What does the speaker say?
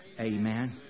Amen